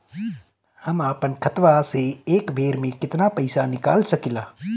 हम आपन खतवा से एक बेर मे केतना पईसा निकाल सकिला?